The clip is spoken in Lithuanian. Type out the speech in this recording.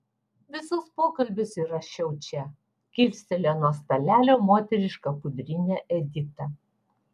visus pokalbius įrašiau čia kilstelėjo nuo stalelio moterišką pudrinę edita